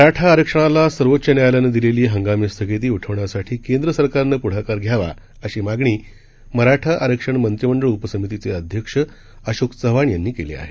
मराठा आरक्षणाला सर्वोच्च न्यायालयानं दिलेली हंगामी स्थगिती उठवण्यासाठी केंद्र सरकारनं पुढाकार घ्यावा अशी मागणी मराठा आरक्षण मंत्रिमंडळ उपसमितीचे अध्यक्ष अशोक चव्हाण यांनी केली आहे